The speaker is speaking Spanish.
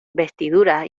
vestidura